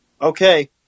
Okay